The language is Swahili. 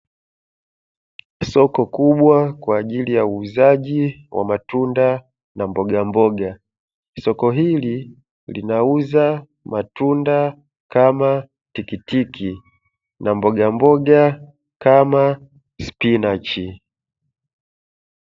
Soko kubwa kwa ajili ya uuzaji wa matunda na mbogamboga. Soko hili linauza matunda kama tikiti na mbogamboga kama spinachi.